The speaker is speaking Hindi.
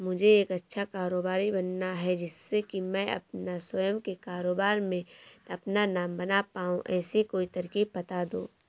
मुझे एक अच्छा कारोबारी बनना है जिससे कि मैं अपना स्वयं के कारोबार में अपना नाम बना पाऊं ऐसी कोई तरकीब पता दो?